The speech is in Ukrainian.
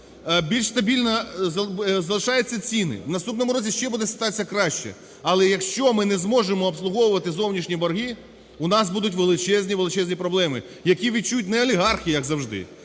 більш стабільні залишаються ціни, в наступному році ще буде ситуація краща. Але якщо ми не зможемо обслуговувати зовнішні борги, у нас будуть величезні-величезні проблеми, які відчують не олігархи, як завжди,